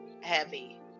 heavy